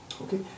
Okay